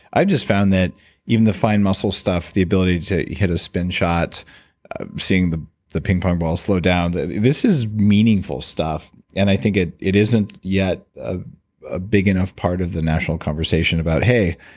i just found that even the fine muscle stuff, the ability to hit a spin shot seeing the the ping-pong ball slow down, this is meaningful stuff, and i think it it isn't yet ah a big enough part of the national conversation about, hey,